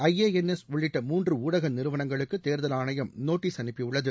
I A N S உள்ளிட்ட மூன்று ஊடக நிறுவனங்களுக்கு தேர்தல் ஆணையம் நோட்டீஸ் அனுப்பியுள்ளது